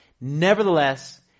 Nevertheless